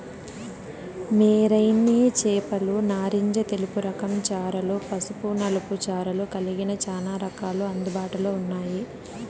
marine చేపలు నారింజ తెలుపు రకం చారలు, పసుపు నలుపు చారలు కలిగిన చానా రకాలు అందుబాటులో ఉన్నాయి